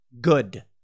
good